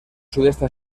sudeste